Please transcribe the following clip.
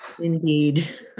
Indeed